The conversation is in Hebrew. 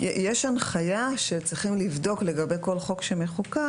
יש הנחייה שצריכים לבדוק לגבי חוק שמחוקק